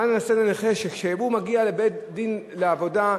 מה נעשה לנכה שכשהוא מגיע לבית-דין לעבודה,